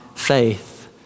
Faith